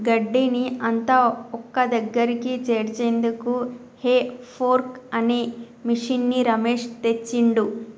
గడ్డిని అంత ఒక్కదగ్గరికి చేర్చేందుకు హే ఫోర్క్ అనే మిషిన్ని రమేష్ తెచ్చిండు